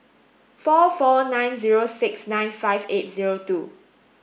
four four nine zero six nine five eight zero two